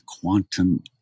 quantum